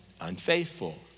unfaithful